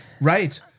right